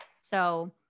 So-